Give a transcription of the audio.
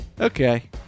Okay